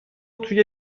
توی